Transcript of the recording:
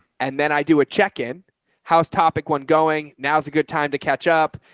and then i do a check-in how's topic, one going now's a good time to catch up,